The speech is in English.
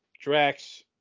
drax